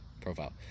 profile